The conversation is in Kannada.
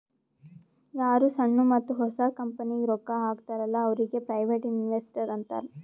ಯಾರು ಸಣ್ಣು ಮತ್ತ ಹೊಸ ಕಂಪನಿಗ್ ರೊಕ್ಕಾ ಹಾಕ್ತಾರ ಅಲ್ಲಾ ಅವ್ರಿಗ ಪ್ರೈವೇಟ್ ಇನ್ವೆಸ್ಟರ್ ಅಂತಾರ್